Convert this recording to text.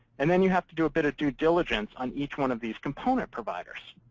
and then you have to do a bit of due diligence on each one of these component providers.